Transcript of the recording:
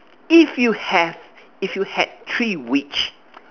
if you have if you had three wish